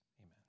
Amen